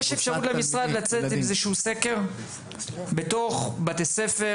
האם יש למשרד אפשרות לצאת עם איזשהו סקר בתוך מערכת